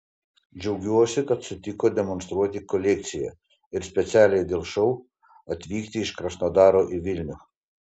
džiaugiuosi kad sutiko demonstruoti kolekciją ir specialiai dėl šou atvykti iš krasnodaro į vilnių